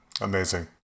Amazing